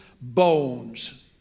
bones